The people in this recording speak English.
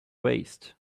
waist